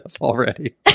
already